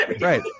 Right